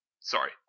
Sorry